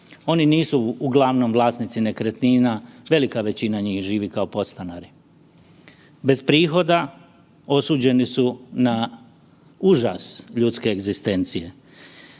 oni nisu uglavnom vlasnici nekretnina, velika većina njih živi kao podstanari, bez prihoda osuđeni su na užas ljudske egzistencije.